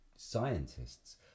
scientists